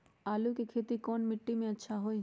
आलु के खेती कौन मिट्टी में अच्छा होइ?